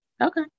Okay